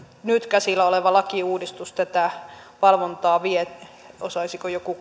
nyt käsillä oleva lakiuudistus tätä valvontaa vie osaisiko joku